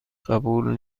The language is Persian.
قبول